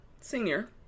senior